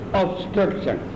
obstruction